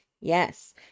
yes